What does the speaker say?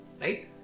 right